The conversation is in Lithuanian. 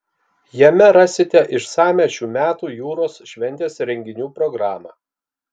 jame rasite išsamią šių metų jūros šventės renginių programą